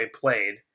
played